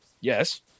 yes